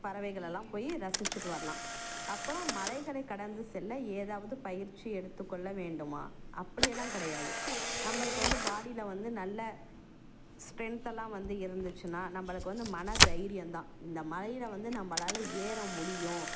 பறவைகளை எல்லாம் போய் ரசிச்சிட்டு வரலாம் அப்புறம் மலைகளை கடந்து செல்ல ஏதாவது பயிற்சி எடுத்துக்கொள்ள வேண்டுமா அப்படி எல்லாம் கிடையாது நம்மளுக்கு வந்து பாடில வந்து நல்ல ஸ்ட்ரென்த் எல்லாம் வந்து இருந்துச்சுனால் நம்மளுக்கு வந்து மன தைரியம் தான் இந்த மலையில் வந்து நம்மளால ஏற முடியும்